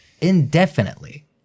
indefinitely